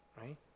right